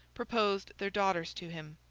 proposed their daughters to him.